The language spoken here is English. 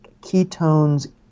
ketones